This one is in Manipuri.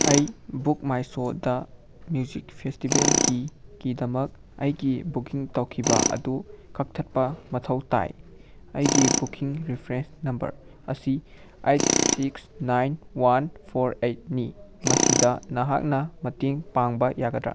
ꯑꯩ ꯕꯨꯛ ꯃꯥꯏ ꯁꯣꯗ ꯃ꯭ꯌꯨꯖꯤꯛ ꯐꯦꯁꯇꯤꯕꯦꯜꯒꯤ ꯀꯤꯗꯃꯛ ꯑꯩꯒꯤ ꯕꯨꯛꯀꯤꯡ ꯇꯧꯈꯤꯕ ꯑꯗꯨ ꯀꯛꯊꯛꯄ ꯃꯊꯧ ꯇꯥꯏ ꯑꯩꯒꯤ ꯕꯨꯛꯀꯤꯡ ꯔꯤꯐ꯭ꯔꯦꯟꯁ ꯅꯝꯕꯔ ꯑꯁꯤ eight six nine one four ꯑꯩꯠꯅꯤ ꯃꯁꯤꯗ ꯅꯍꯥꯛꯅ ꯃꯇꯦꯡ ꯄꯥꯡꯕ ꯌꯥꯒꯗ꯭ꯔꯥ